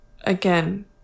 Again